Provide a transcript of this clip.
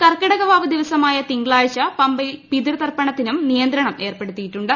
കർക്കിടക വാവ് ദിവസമായ തിങ്കളാഴ്ച പമ്പൂയിൽ ് പിതൃതർപ്പണത്തിനും നിയന്ത്രണം ഏർപ്പെടുത്തിയിട്ടുണ്ട്